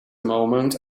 moment